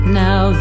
now